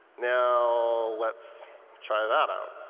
now let's try that out.